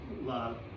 love